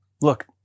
Look